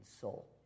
soul